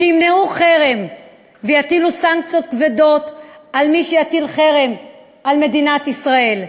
שימנעו חרם ויטילו סנקציות כבדות על מי שיטיל חרם על מדינת ישראל.